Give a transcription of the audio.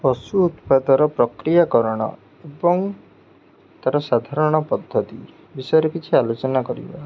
ପଶୁ ଉତ୍ପାଦର ପ୍ରକ୍ରିୟାକରଣ ଏବଂ ତା'ର ସାଧାରଣ ପଦ୍ଧତି ବିଷୟରେ କିଛି ଆଲୋଚନା କରିବା